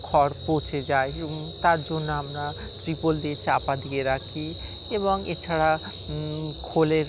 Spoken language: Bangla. খড় পচে যায় তার জন্য আমরা ত্রিপল দিয়ে চাপা দিয়ে রাখি এবং এছাড়া খোলের